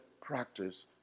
practice